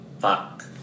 fuck